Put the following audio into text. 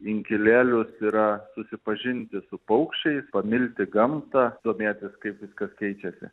inkilėlius yra susipažinti su paukščiais pamilti gamtą domėtis kaip viskas keičiasi